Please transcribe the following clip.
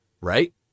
right